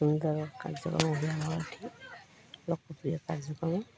ସୁନ୍ଦର କାର୍ଯ୍ୟକ୍ରମ ହୁଏ ଆମର ଏଇଠି ଲୋକପ୍ରିୟ କାର୍ଯ୍ୟକ୍ରମ